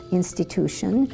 institution